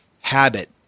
habit